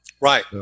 Right